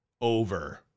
Over